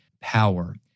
power